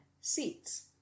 seats